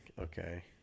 Okay